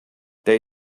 they